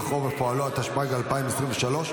ושעמיחי אליהו לא יהיה אחראי על המורשת של הרב קוק.